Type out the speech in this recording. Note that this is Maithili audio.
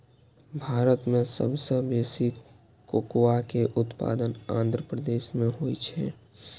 भारत मे सबसं बेसी कोकोआ के उत्पादन आंध्र प्रदेश मे होइ छै